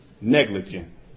negligent